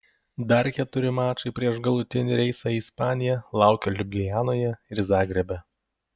dar keturi mačai prieš galutinį reisą į ispaniją laukia liublianoje ir zagrebe